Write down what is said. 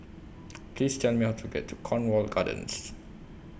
Please Tell Me How to get to Cornwall Gardens